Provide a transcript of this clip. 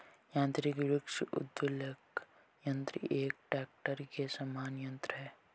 यान्त्रिक वृक्ष उद्वेलक यन्त्र एक ट्रेक्टर के समान यन्त्र है